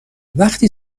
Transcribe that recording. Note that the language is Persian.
وقتی